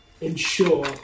ensure